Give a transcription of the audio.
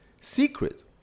secret